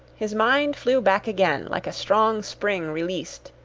his mind flew back again, like a strong spring released,